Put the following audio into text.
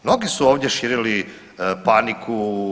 Mnogi su ovdje širili paniku.